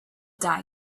die